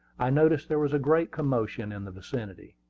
i noticed there was a great commotion in the vicinity.